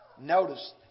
Notice